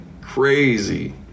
crazy